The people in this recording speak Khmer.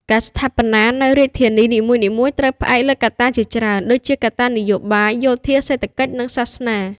ការស្ថាបនានូវរាជធានីនិមួយៗ ត្រូវផ្អែកលើកត្តាជាច្រើន ដូចជាកត្តានយោបាយ យោធា សេដ្ឋកិច្ច និង សាសនា ។